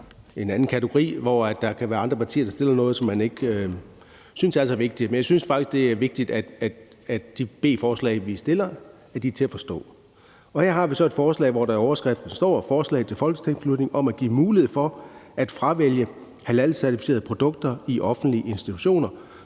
en anden kategori, hvor der kan være andre partier, der fremsætter noget, som man ikke synes er så vigtigt. Men jeg synes faktisk, det er vigtigt, at de B-forslag, vi fremsætter, er til at forstå. Her har vi så et forslag, hvor der i overskriften står »Forslag til folketingsbeslutning om at give mulighed for at fravælge halalcertificerede produkter i offentlige institutioner«.